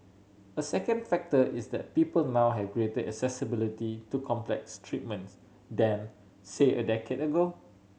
a second factor is that people now have greater accessibility to complex treatments than say a decade ago